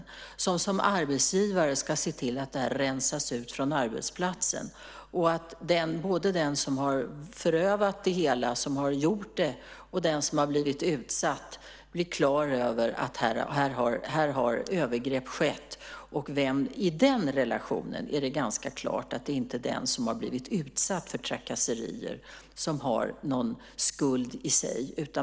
De ska som arbetsgivare se till att det här rensas ut från arbetsplatsen och att både den som har förövat det hela och den som har blivit utsatt blir klar över att här har övergrepp skett. I den relationen är det ganska klart att den som har blivit utsatt för trakasserier inte har någon skuld i sig.